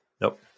Nope